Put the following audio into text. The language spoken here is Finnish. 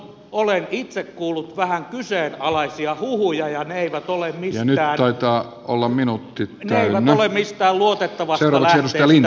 olen itse kuullut vähän kyseenalaisia huhuja ja ne eivät ole millään hoito olla minuutti tämän mistään luotettavasta lähteestä riihimäen rautatieasemalla